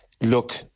Look